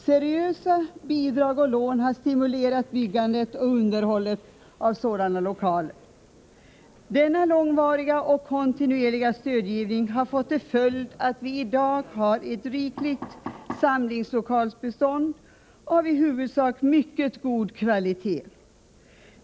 Seriösa bidrag och lån har stimulerat byggandet och underhållet av sådana lokaler. Denna långvariga och kontinuerliga stödgivning har fått till följd att vi i dag har ett rikligt samlingslokalsbestånd av i huvudsak mycket god kvalitet.